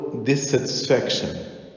Dissatisfaction